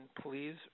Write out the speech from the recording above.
please